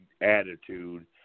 attitude